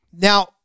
Now